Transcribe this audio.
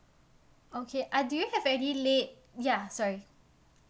okay uh do you have any late ya sorry